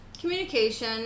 Communication